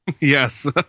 yes